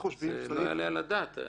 זה לא יעלה על הדעת.